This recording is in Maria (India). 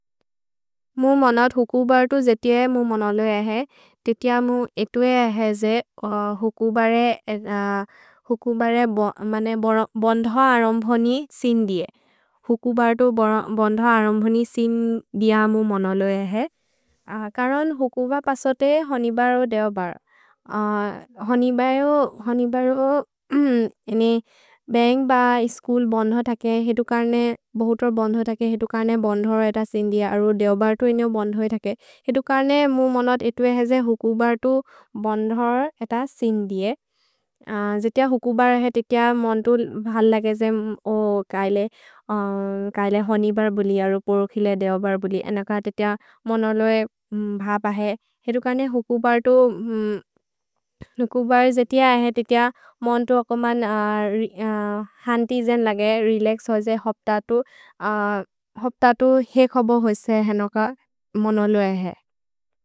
मु मनत् हुकुब तु जेति ए मु मनलो एहे, तेति अ मु एतो एहे जे हुकुब रे बन्ध अरम्भनि सिन् दिये। हुकुब तु बन्ध अरम्भनि सिन् दिअ मु मनलो एहे। करन् हुकुब पसो ते होने बरो देओ बर। होने बरो, होने बरो एने बन्ग् ब स्छूल् बन्ध तके, हेतु कर्ने बोहोतोर् बन्ध तके, हेतु कर्ने बन्ध अरम्भनि सिन् दिअ। अरु देओ बर तु इनो बन्ध ए तके। हेतु कर्ने मु मनत् एतो एहे जे हुकुब तु बन्ध अरम्भनि सिन् दिये। जेति अ हुकुब एहे, तेति अ मन्तु भल् लगे जे ओ कैले। कैले होने बर बुलि, अरु पोरु खिले देओ बर बुलि। एन कर्ने तेति अ मनलो ए भब् अहे। हेतु कर्ने हुकुब तु, हुकुब ए जेति अ एहे, तेति अ मन्तु ओ कमन् हन्ति जेन् लगे, रेलक्स् होजे होप्त तु। होप्त तु हेक् होबो होस्ते हेनो क मनलो एहे।